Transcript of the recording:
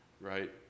right